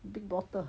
big bottle